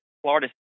Florida